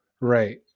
right